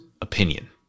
opinion